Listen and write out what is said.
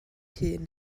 hun